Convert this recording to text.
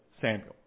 Samuel